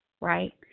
right